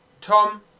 Tom